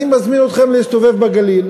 אני מזמין אתכם להסתובב בגליל